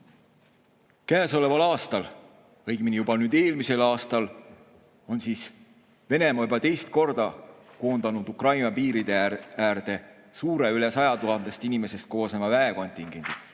Käesoleval aastal, õigemini juba eelmisel aastal on Venemaa juba teist korda koondanud Ukraina piiride äärde suure, rohkem kui 100 000 inimesest koosneva väekontingendi.